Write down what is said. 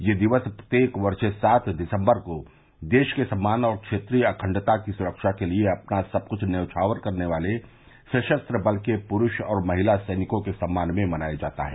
यह दिवस प्रत्येक वर्ष सात दिसम्बर को देश के सम्मान और क्षेत्रीय अखंडता की सुखा के लिए अपना सब कुछ न्यौछावर करने वाले सशस्त्र बल के पुरूष और महिला सैनिकों के सम्मान में मनाया जाता है